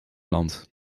landt